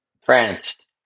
France